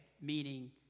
meaning